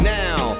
now